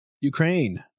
Ukraine